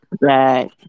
Right